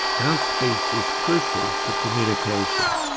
our speech is crucial to communication.